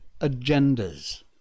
agendas